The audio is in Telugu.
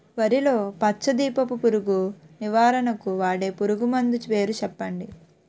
వరిలో పచ్చ దీపపు పురుగు నివారణకు వాడే పురుగుమందు పేరు చెప్పండి?